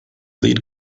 lead